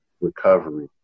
recovery